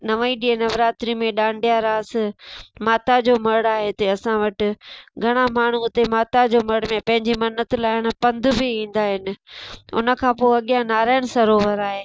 नव ई ॾींहं नवरात्री में डांडिया रास माता जो मड़ आहे हिते असां वटि घणा माण्हू उते माता जो मड़ में पंहिंजी मन्नत लाइण पंधि बि ईंदा आहिनि उनखां पोइ अॻियां नारायण सरोवर आहे